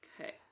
Okay